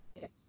Yes